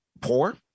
poor